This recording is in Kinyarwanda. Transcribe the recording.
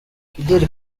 fidel